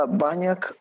banyak